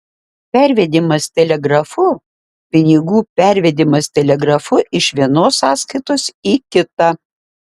pervedimas telegrafu pinigų pervedimas telegrafu iš vienos sąskaitos į kitą